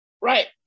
Right